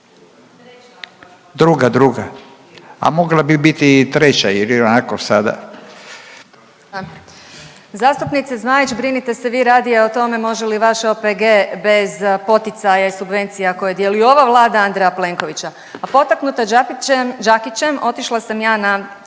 Dalija (Stranka s imenom i prezimenom)** Zastupnice Zmaić brinite se vi radije o tome može li vaš OPG bez poticaja i subvencija koje dijeli i ova Vlada Andreja Plenkovića. A potaknuta Đakićem otišla sam ja na